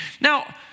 Now